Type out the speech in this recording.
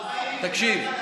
תקשיב,